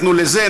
נתנו לזה,